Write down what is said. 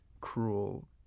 cruel